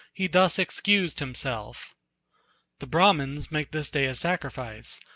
he thus excused himself the brahmans make this day a sacrifice,